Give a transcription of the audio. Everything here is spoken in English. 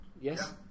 Yes